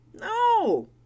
No